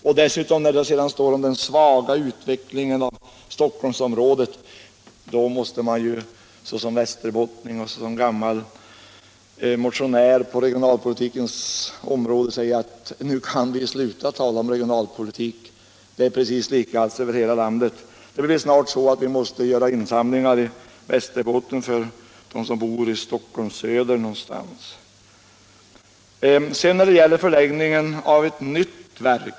När det sedan i betänkandet talas om ”den nuvarande svaga utvecklingen i Stockholmsområdet” måste man som västerbottning och som gammal motionär på regionalpolitikens område säga sig, att nu kan vi sluta tala om regionalpolitik — det är precis likadant över hela landet. Det blir snart så att vi måste göra insamlingar i Västerbotten till dem som bor i Stockholms söderförorter.